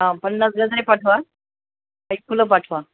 हा पन्नास हजार पाठवा एक फुलं पाठवा